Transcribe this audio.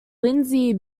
lindsay